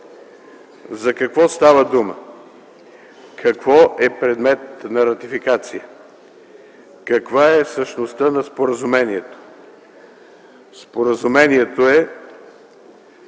За какво става дума? Какво е предмет на ратификацията? Каква е същността на споразумението? Споразумението е